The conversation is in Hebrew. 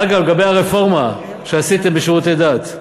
אגב, לגבי הרפורמה שעשיתם בשירותי דת,